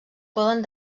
poden